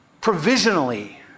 provisionally